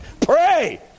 Pray